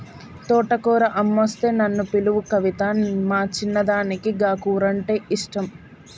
తోటకూర అమ్మొస్తే నన్ను పిలువు కవితా, మా చిన్నదానికి గా కూరంటే ఇష్టం